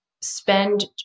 spend